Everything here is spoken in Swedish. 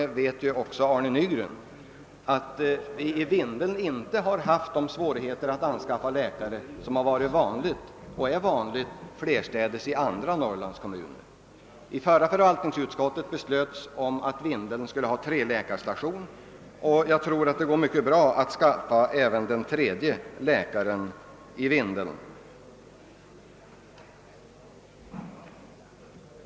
även herr Arne Nygren vet att vi i Vindeln inte haft sådana svårigheter att skaffa läkare som man har haft och fortfarande har i många andra Norrlandskommuner. Vid det senaste sammanträdet i landstingets förvaltningsutskott beslöts att Vindeln skall ha en treläkarstation, och jag tror att det skall vara möjligt att skaffa även den tredje läkaren dit.